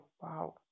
wow